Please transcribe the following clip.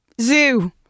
zoo